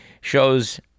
shows